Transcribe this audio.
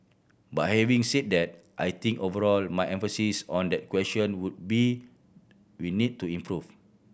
but having said that I think overall my emphasis on that question would be we need to improve